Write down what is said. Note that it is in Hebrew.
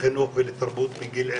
לחינוך ולתרבות מגיל אפס.